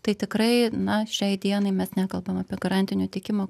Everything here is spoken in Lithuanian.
tai tikrai na šiai dienai mes nekalbam apie garantinio tiekimo